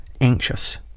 anxious